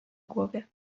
głowie